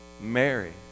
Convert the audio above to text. Mary